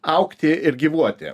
augti ir gyvuoti